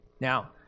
Now